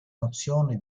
nozione